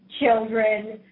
children